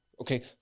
okay